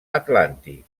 atlàntic